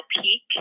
peak